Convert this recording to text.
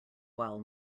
while